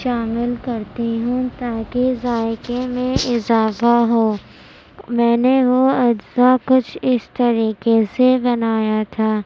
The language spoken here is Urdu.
شامل کرتی ہوں تاکہ ذائقے میں اضافہ ہو میں نے وہ اجزا کچھ اس طریقے سے بنایا تھا